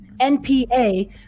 NPA